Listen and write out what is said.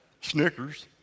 Snickers